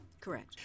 correct